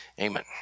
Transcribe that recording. Amen